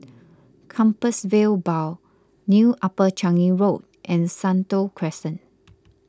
Compassvale Bow New Upper Changi Road and Sentul Crescent